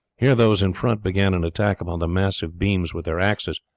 here those in front began an attack upon the massive beams with their axes,